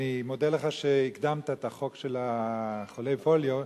אני מודה לך שהקדמת את החוק של חולי הפוליו,